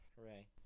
Hooray